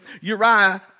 Uriah